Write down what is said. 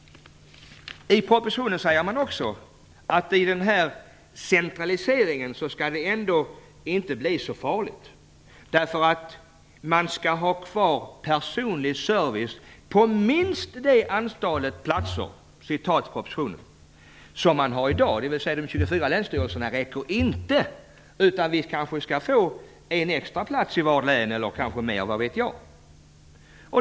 I propositionen säger man att den här centraliseringen inte skall bli så farlig, därför att man skall ha kvar personlig service på minst det antal platser - det är ett citat ur propositionen - som man har i dag. Det betyder att de 24 länsstyrelserna inte räcker, utan vi kanske får en extra plats eller mer i varje län - vad vet jag?